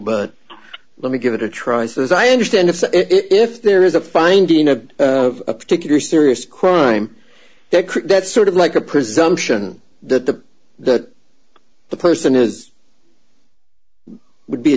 but let me give it a try as i understand if the if there is a finding of a particular serious crime that sort of like a presumption that the that the person is would be a